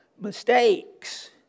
mistakes